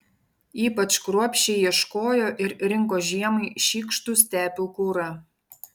ypač kruopščiai ieškojo ir rinko žiemai šykštų stepių kurą